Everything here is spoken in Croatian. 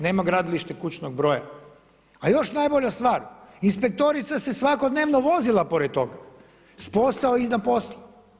Nema gradilište kućnog broja, a još najbolja stvar, inspektorica se svakodnevno vozila pored tog, s posao i na posao.